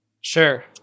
Sure